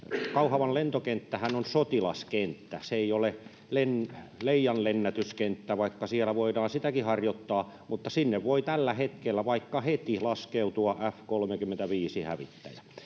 Kauhavan lentokenttähän on sotilaskenttä, se ei ole leijanlennätyskenttä, vaikka siellä voidaan sitäkin harjoittaa, mutta sinne voi tällä hetkellä, vaikka heti, laskeutua F-35‑hävittäjä.